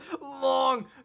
long